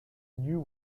new